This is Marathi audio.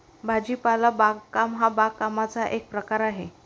भाजीपाला बागकाम हा बागकामाचा एक प्रकार आहे